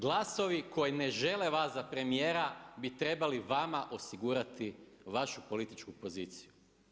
Glasovi koji ne žele vas za premijera bi trebali vama osigurati vašu političku poziciju.